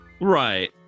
Right